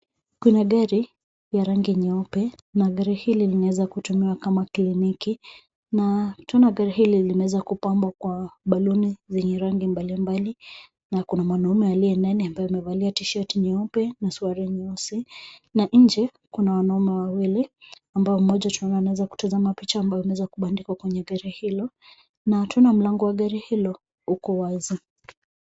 Kuna gari ya rangi nyeupe na gari hili limeweza kutumiwa kama kliniki, na twaona gari hili limeweza kupambwa kwa baluni zenye rangi mbalimbali na kuna mwanaume aliye ndani ambaye amevalia tishati nyeupe na suruali nyeusi na nje kuna wanaume wawili ambao mmoja twaona ameweza kutazama picha ambayo imeweza imebandikwa kwenye gari hilo. Na twaona mlango wa gari hilo uko wazi.